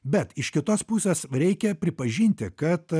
bet iš kitos pusės reikia pripažinti kad